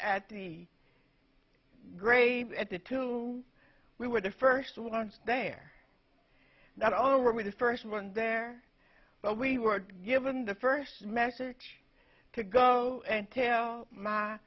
at the grave at the two we were the first ones there that own were the first one there but we were given the first message to go and tell my